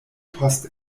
post